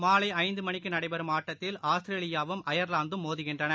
மாலைஐந்துமணிக்குநடைறெம் ஆட்டத்தில் ஆஸ்திரேலியா வும் அபர்லாந்தும் மோதுகின்றன